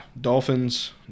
Dolphins